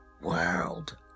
world